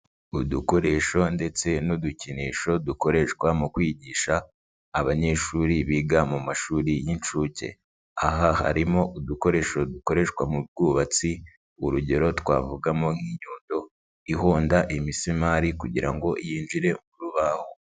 Udukoresho ndetse n'udukinisho dukoreshwa mu kwigisha abanyeshuri biga mu mashuri y'inshuke. Aha harimo udukoresho dukoreshwa mu bwubatsi, urugero twavugamo nk'inyundo ihonda imisumari kugira ngo yinjire mu rubaho.